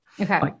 Okay